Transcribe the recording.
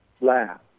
laugh